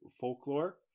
folklore